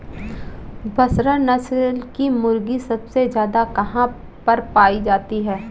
बसरा नस्ल की मुर्गी सबसे ज्यादा कहाँ पर पाई जाती है?